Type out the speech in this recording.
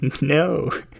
no